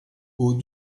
aux